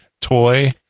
toy